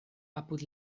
apud